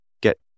get